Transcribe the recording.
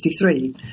1963